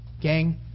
Gang